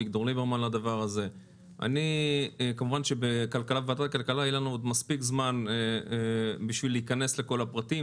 בוועדת הכלכלה יהיה לנו עוד מספיק זמן בשביל להיכנס לכל הפרטים